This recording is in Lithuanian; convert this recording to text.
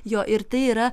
jo ir tai yra